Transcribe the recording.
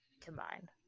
combined